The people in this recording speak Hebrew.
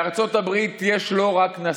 בארצות הברית יש לא רק נשיא.